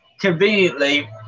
conveniently